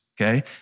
okay